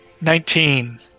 Nineteen